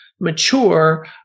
Mature